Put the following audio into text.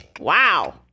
Wow